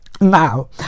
Now